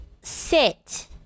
Sit